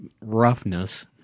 roughness